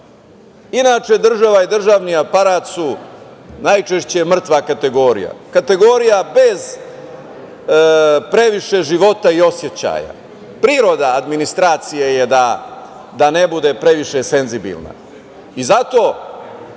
toga. Inače, država i državni aparat su najčešće mrtva kategorija, kategorija bez previše života i osećaja. Priroda administracije je da ne bude previše senzibilna. Zato